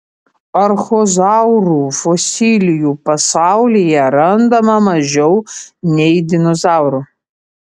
archozaurų fosilijų pasaulyje randama mažiau nei dinozaurų